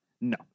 No